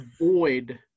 avoid